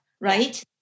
right